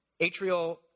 atrial